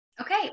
Okay